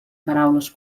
paraules